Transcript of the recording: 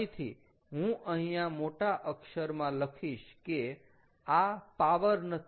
ફરીથી હું અહીંયા મોટા અક્ષરમાં લખીશ કે આ પાવર નથી